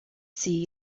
see